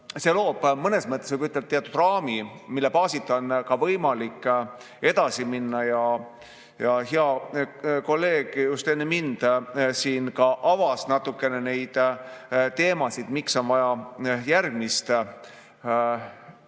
see loob mõnes mõttes teatud raami, mille baasil on võimalik edasi minna. Hea kolleeg enne mind ka avas natukene neid teemasid, miks on vaja järgmist